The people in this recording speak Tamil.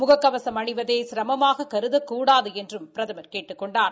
முக கவசம் அணிவதை சிரமமாக கருதக்கூடாது என்றும் பிரதமர் கேட்டுக் கொண்டார்